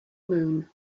moon